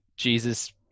Jesus